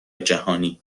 جهانی